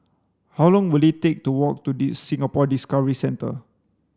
how long will it take to walk to the Singapore Discovery Centre